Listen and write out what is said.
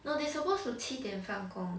no they suppose to 七点放工